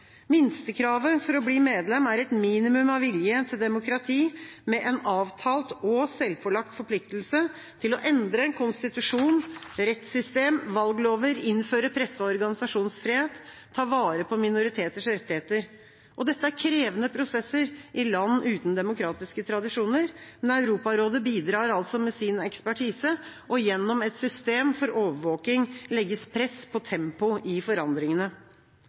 Minstekravet for å bli medlem er et minimum av vilje til demokrati, med en avtalt og selvpålagt forpliktelse til å endre konstitusjon, rettssystem, valglover, innføre presse- og organisasjonsfrihet og ta vare på minoriteters rettigheter. Dette er krevende prosesser i land uten demokratiske tradisjoner, men Europarådet bidrar med sin ekspertise, og gjennom et system for overvåking legges press på tempo i forandringene.